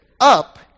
up